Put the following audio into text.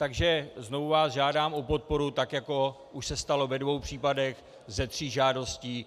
Takže znovu vás žádám o podporu, tak jako už se stalo ve dvou případech ze tří žádostí.